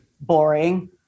boring